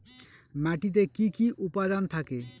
মাটিতে কি কি উপাদান থাকে?